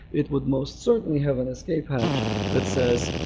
it would most certainly have an escape hatch that says,